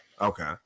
Okay